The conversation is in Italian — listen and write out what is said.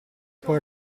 poi